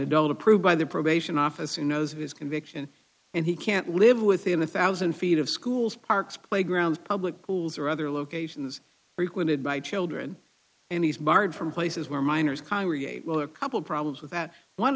adult approved by the probation officer who knows his conviction and he can't live within a thousand feet of schools parks playgrounds public schools or other locations frequented by children and he's barred from places where minors congregate well a couple of problems with that one